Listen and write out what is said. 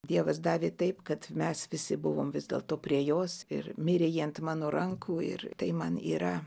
dievas davė taip kad mes visi buvoe vis dėlto prie jos ir mirė jį ant mano rankų ir tai man yra